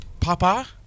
papa